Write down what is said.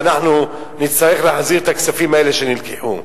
ואנחנו נצטרך להחזיר את הכספים האלה שנלקחו.